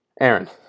Aaron